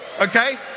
Okay